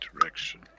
direction